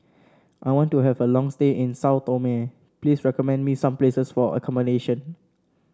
I want to have a long stay in Sao Tome please recommend me some places for accommodation